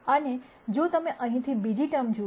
અને જો તમે અહીં બીજી ટર્મ જુઓ